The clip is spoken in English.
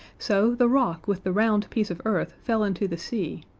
so the rock with the round piece of earth fell into the sea,